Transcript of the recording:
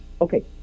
Okay